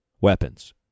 weapons